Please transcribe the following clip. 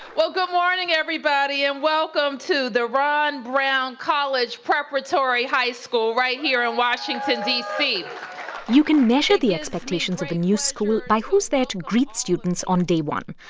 well, good morning, everybody. and welcome to the ron brown college preparatory high school right here in washington, d c you can measure the expectations of a new school by who's there to greet students on day one.